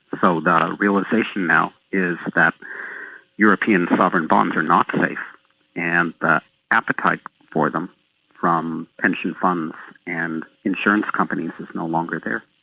so the ah realisation now is that european sovereign bonds are not safe and the appetite for them from pension funds and insurance companies is no longer there.